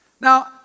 Now